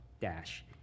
dash